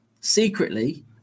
secretly